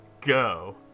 Go